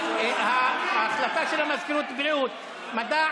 תעמוד במילה, אחמד.